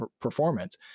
performance